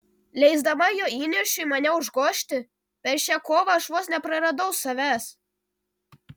leisdama jo įniršiui mane užgožti per šią kovą aš vos nepraradau savęs